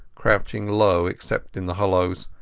crouching low except in the hollows,